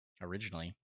originally